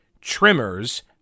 trimmers